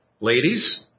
Ladies